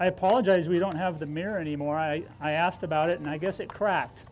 i apologize we don't have the mirror anymore i asked about it and i guess it cra